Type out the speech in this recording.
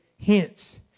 hence